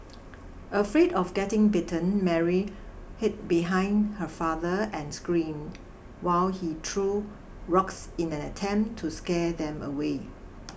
afraid of getting bitten Mary hid behind her father and screamed while he threw rocks in an attempt to scare them away